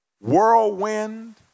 whirlwind